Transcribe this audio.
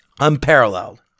Unparalleled